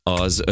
az